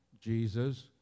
Jesus